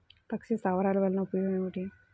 పక్షి స్థావరాలు వలన ఉపయోగం ఏమిటి?